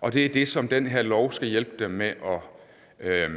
og det er det, som det her lovforslag skal hjælpe dem med at